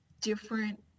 different